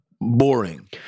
boring